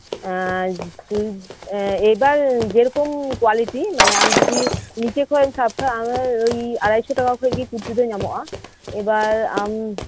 ᱮᱸ ᱦᱟᱢ ᱮᱭᱵᱟᱨ ᱡᱮᱨᱚᱠᱚᱢ ᱠᱳᱣᱟᱞᱤᱴᱤ ᱢᱟᱱᱮ ᱟᱢ ᱡᱩᱫᱤ ᱱᱤᱪᱮ ᱠᱷᱚᱡ ᱮᱢ ᱥᱟᱵ ᱠᱟᱜᱼᱟ ᱳᱭ ᱟᱲᱟᱭᱥᱚ ᱴᱟᱠᱟ ᱠᱷᱚᱡ ᱜᱮ ᱠᱩᱨᱛᱤ ᱫᱚ ᱧᱟᱢᱚᱜᱼᱟ ᱮᱵᱟᱨ ᱟᱢ